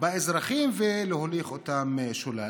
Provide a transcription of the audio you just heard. באזרחים ולהוליך אותם שולל.